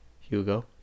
Hugo